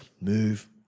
move